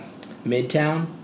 Midtown